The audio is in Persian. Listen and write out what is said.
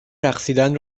رقصیدن